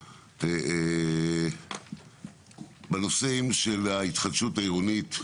טוב, בנושאים של ההתחדשות העירונית,